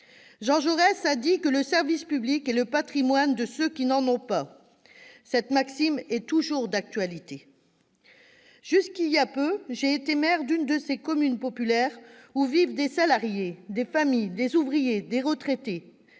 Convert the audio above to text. Jean Jaurès a dit que « le service public est le patrimoine de ceux qui n'en ont pas ». Une maxime toujours d'actualité ! Il y a peu de temps encore, j'étais maire d'une de ces communes populaires où vivent des salariés, des familles, des ouvriers, des retraités,